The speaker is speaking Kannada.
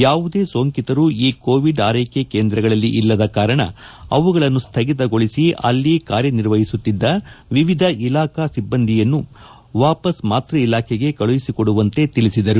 ಯಾವುದೇ ಸೋಂಕಿತರು ಈ ಕೋವಿಡ್ ಆರೈಕೆ ಕೇಂದ್ರಗಳಲ್ಲಿ ಇಲ್ಲದ ಕಾರಣ ಅವುಗಳನ್ನು ಸ್ಟಗಿತಗೊಳಿಸಿ ಅಲ್ಲಿ ಕಾರ್ಯನಿರ್ವಹಿಸುತ್ತಿದ್ದ ವಿವಿಧ ಇಲಾಖಾ ಸಿಬ್ಬಂದಿಗಳನ್ನು ವಾಪಾಸ್ ಮಾತೃ ಇಲಾಖೆಗೆ ಕಳುಹಿಸಿಕೊಡುವಂತೆ ತಿಳಿಸಿದರು